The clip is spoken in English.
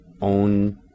own